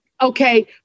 Okay